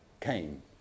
came